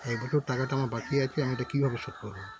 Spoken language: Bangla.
এই টাকাটা আমার বাাকি আছে আমি এটা কীভাবে শোধ করব